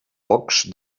pocs